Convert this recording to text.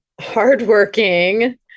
hardworking